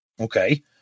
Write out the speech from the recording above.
Okay